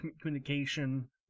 communication